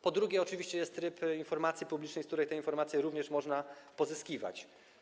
Po drugie, oczywiście jest tryb informacji publicznej, z której te informacje również można pozyskiwać.